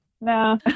no